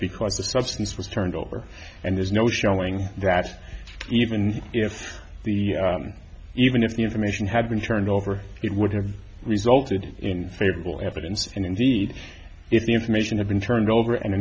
because the substance was turned over and there's no showing that even if the even if the information had been turned over it would have resulted in favorable evidence and indeed if the information had been turned over and